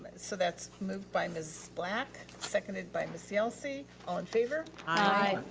so that's moved by ms. black, seconded by ms. yelsey. all in favor? aye.